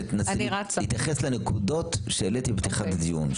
שתנסי להתייחס לנקודות שהעליתי בפתיחת הדיון.